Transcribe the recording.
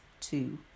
two